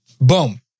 Boom